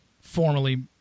formally